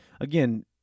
again